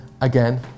again